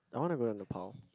I want to go to Nepal